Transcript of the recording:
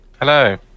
Hello